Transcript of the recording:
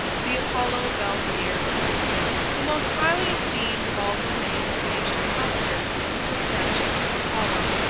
the apollo belvedere the most highly esteemed of all the remains of ancient sculpture is the statue of apollo,